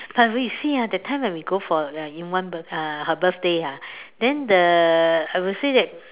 but we see ah that time when we go for in one bir~ uh her birthday ah then the I will say that